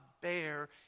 bear